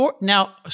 Now